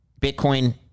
Bitcoin